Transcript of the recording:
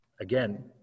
Again